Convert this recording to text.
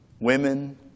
women